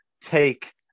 take